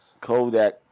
Kodak